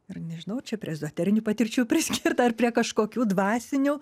ir nežinau čia prie ezoterinių patirčių priskirt ar prie kažkokių dvasinių